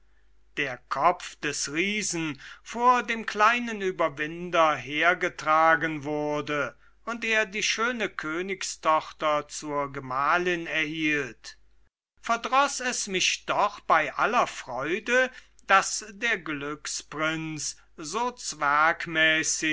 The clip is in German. der kopf des riesen vor dem kleinen überwinder hergetragen wurde und er die schöne königstochter zur gemahlin erhielt verdroß es mich doch bei aller freude daß der glücksprinz so